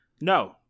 no